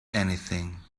anything